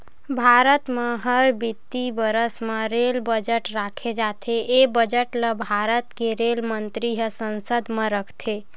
भारत म हर बित्तीय बरस म रेल बजट राखे जाथे ए बजट ल भारत के रेल मंतरी ह संसद म रखथे